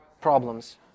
problems